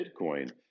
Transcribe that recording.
bitcoin